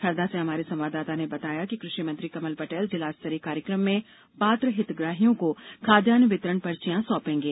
हरदा से हमारे संवाददाता ने बताया है कि कृषिमंत्री कमल पटेल जिला स्तरीय कार्यकम में पात्र हितग्राहियों को खाद्यन्न वितरण पर्चियां सौपेंगे